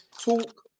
Talk